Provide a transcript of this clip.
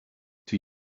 two